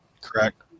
Correct